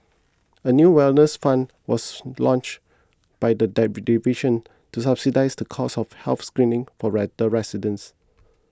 a new wellness fund was launched by the dive division to subsidise the cost of health screenings for the residents